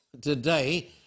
today